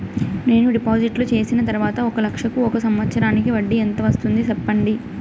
నేను డిపాజిట్లు చేసిన తర్వాత ఒక లక్ష కు ఒక సంవత్సరానికి వడ్డీ ఎంత వస్తుంది? సెప్పండి?